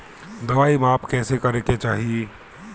दवाई माप कैसे करेके चाही?